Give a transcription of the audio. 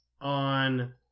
on